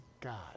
God